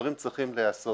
שהדברים צריכים להיעשות.